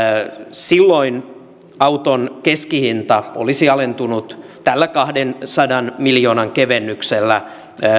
silloin auton keskihinta olisi alentunut tällä kahdensadan miljoonan kevennyksellä